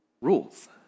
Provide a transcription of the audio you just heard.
Rules